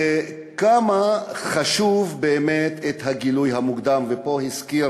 כמה חשוב באמת הגילוי המוקדם, והזכיר